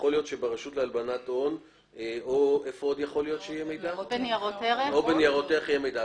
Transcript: שיכול להיות שלרשות לאיסור הלבנת הון או לניירות ערך יהיה מידע.